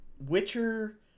witcher